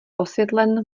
osvětlen